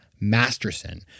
Masterson